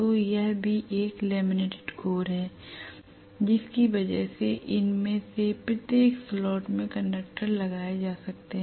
तो यह भी एक लेमिनेटेड कोर है जिसकी वजह से इनमें से प्रत्येक स्लॉट में कंडक्टर लगाए जा सकते हैं